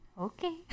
Okay